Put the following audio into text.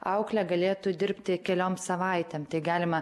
aukle galėtų dirbti keliom savaitėm tai galima